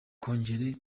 kongere